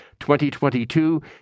2022